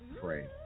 pray